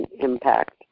impact